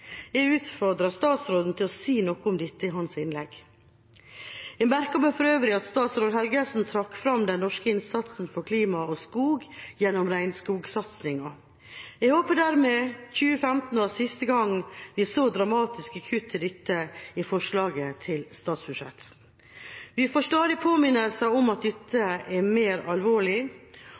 Jeg utfordrer statsråden til å si noe om dette i sitt innlegg. Jeg merket meg for øvrig at statsråd Helgesen trakk fram den norske innsatsen for klima og skog gjennom regnskogsatsinga. Jeg håper dermed at 2015 var siste gang vi så dramatiske kutt til dette i forslaget til statsbudsjett. Vi får stadig påminnelser om at dette er mer alvorlig,